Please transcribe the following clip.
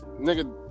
nigga